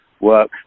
work